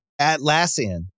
Atlassian